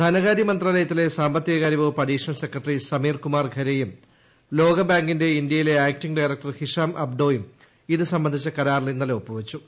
ധനകാര്യമന്ത്രാലയത്തിലെ സാമ്പത്തികകാര്യ വകുപ്പ് additional secretary Sameer Kumar ഖരെയും ലോകബാങ്കിന്റെ ഇന്ത്യയിലെ ആക്ടിങ്ങ് ഡയറക്ടർ ഹിഷാം അബ്ഡോയും ഇതു പ്രാബ്ബ്സിച്ച കരാറിൽ ഇന്നലെ ഒപ്പുവച്ചു